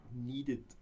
needed